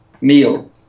meal